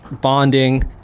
bonding